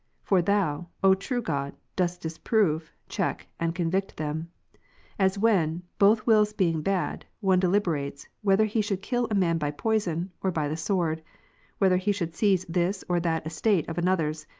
for thou, o true god, dost disprove, check, and convict them as when, both wills being bad, one deliberates, whether he should kill a man by poison, or by the sword whether he should seize this or that estate of another's,